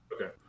Okay